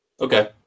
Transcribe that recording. Okay